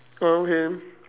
oh okay